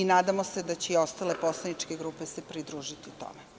Nadamo se da će i ostale poslaničke grupe se pridružiti tome.